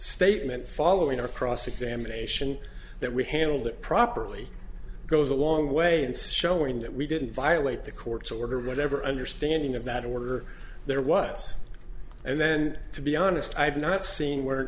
statement following our cross examination that we handled it properly goes a long way and says showing that we didn't violate the court's order whatever understanding of that order there was and then to be honest i've not seen where